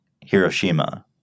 Hiroshima